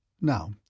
Now